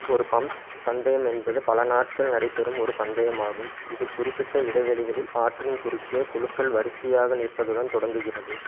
ஒரு பம்ப்ஸ் பந்தயம் என்பது பல நாட்கள் நடைபெறும் ஒரு பந்தயம் ஆகும் இது குறிப்பிட்ட இடைவெளிகளில் ஆற்றின் குறுக்கே குழுக்கள் வரிசையாக நிற்பதுடன் தொடங்குகிறது